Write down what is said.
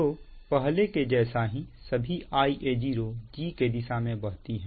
तो पहले के जैसा ही सभी Ia0 g की दिशा में बहती है